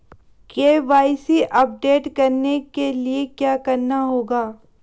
KYC update करने के लिए क्या करना होगा?